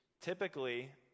Typically